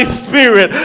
spirit